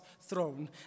throne